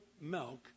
milk